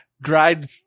dried